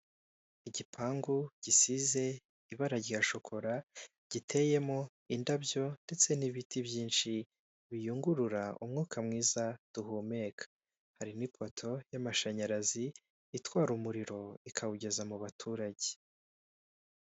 Igipangu gisize ibara rya shokora giteyemo indabyo ndetse n'ibiti byinshi biyungurura umwuka mwiza duhumeka, hari n'ipoto y'amashanyarazi itwara umuriro ikawugeza mu baturage.